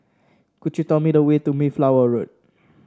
could you tell me the way to Mayflower Road